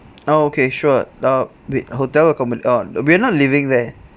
ah okay sure uh wait hotel accomo~ oh we're not living there